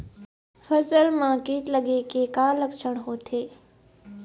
फसल म कीट लगे के का लक्षण होथे?